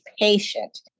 patient